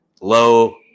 low